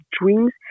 dreams